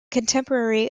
contemporary